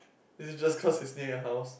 is it just cause it's near your house